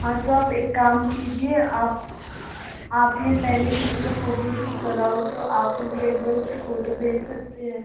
हाँ तो आप एक काम कीजिए आप आपने पहले किसी का फोटोशूट करा हो तो आप मुझे एक बार उसकी फोटो भेज सकते हैं